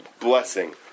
blessing